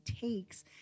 takes